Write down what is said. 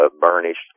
burnished